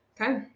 Okay